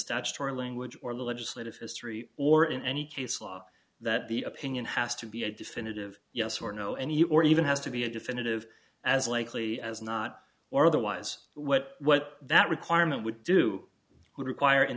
statutory language or legislative history or in any case law that the opinion has to be a definitive yes or no and you or even has to be a definitive as likely as not or otherwise what what that requirement would do would require in